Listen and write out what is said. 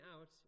out